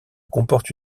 comporte